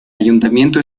ayuntamiento